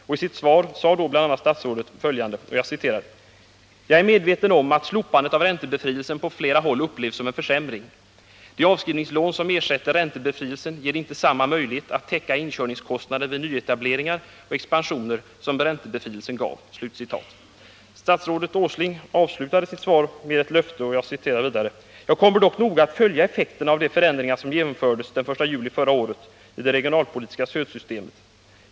I sitt svar säger statsrådet bl.a.: ”Jag är medveten om att slopandet av räntebefrielsen på flera håll upplevs som en försämring. De avskrivningslån som ersätter räntebefrielsen ger inte samma mölighet att täcka inkörningskostnader vid nyetableringar och expansioner som räntebefrielsen gav.” Statsrådet Åsling avslutar sitt svar med ett löfte. ”Jag kommer dock att noga följa effekterna av de förändringar som genomfördes den 1 juli förra året i det regionalpolitiska stödsystemet.